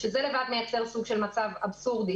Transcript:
שזה לבד מייצר סוג של מצב אבסורדי,